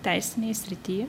teisinėj srity